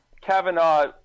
Kavanaugh